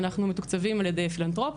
אנחנו מתוקצבים על ידי פילנתרופיה,